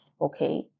okay